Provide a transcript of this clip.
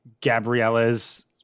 Gabriella's